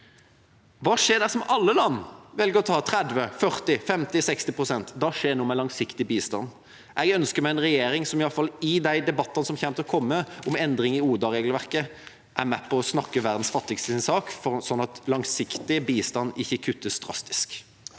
Hva skjer dersom alle land velger å ta 30, 40, 50, 60 pst.? Da skjer det noe med den langsiktige bistanden. Jeg ønsker meg en regjering som i alle fall i debattene som kommer til å komme om endring i ODA-regelverket, er med på å snakke verdens fattigste sin sak, sånn at langsiktig bistand ikke kuttes drastisk.